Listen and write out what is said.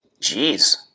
Jeez